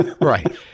right